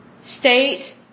state